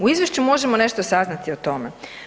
U Izvješću možemo nešto saznati o tome.